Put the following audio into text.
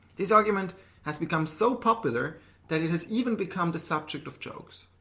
this argument has become so popular that it has even become the subject of jokes.